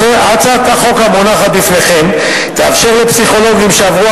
הצעת החוק המונחת בפניכם תאפשר לפסיכולוגים שעברו